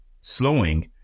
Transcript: slowing